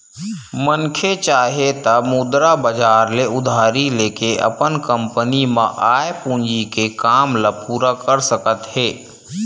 मनखे चाहे त मुद्रा बजार ले उधारी लेके अपन कंपनी म आय पूंजी के काम ल पूरा कर सकत हे